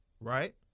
right